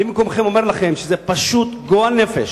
אני אומר לכם, זה פשוט גועל נפש.